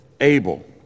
Abel